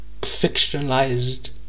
fictionalized